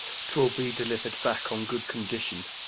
twill be delivered back on good condition.